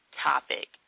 topic